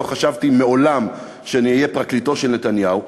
לא חשבתי מעולם שאני אהיה פרקליטו של נתניהו,